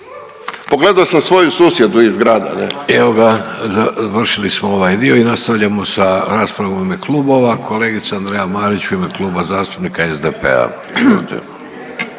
Davorko (Socijaldemokrati)** Evo ga, završili smo ovaj dio i nastavljamo sa raspravom u ime klubova, kolegica Andreja Marić u ime Kluba zastupnika SDP-a,